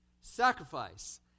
sacrifice